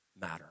matter